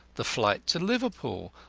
the flight to liverpool,